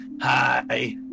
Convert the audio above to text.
hi